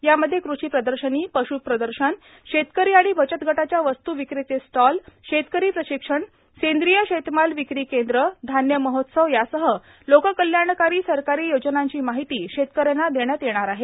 या मध्ये कृषी प्रदर्शनी पश् प्रदर्शन शेतकरी आणि बचतगटाच्या वस्तू विक्रीचे स्टॉल शेतकरी प्रशिक्षण सेंद्रीय शेतमाल विक्री केंद्र धान्य महोत्सव यासह लोककल्याणकारी सरकारी योजनांची माहिती शेतकऱ्यांना देण्यात येणार आहे